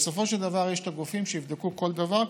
בסופו של דבר יש את הגופים שיבדקו כל דבר,